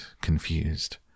confused